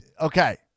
Okay